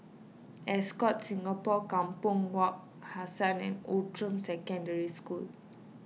Ascott Singapore Kampong Wak Hassan and Outram Secondary School